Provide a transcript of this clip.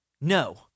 No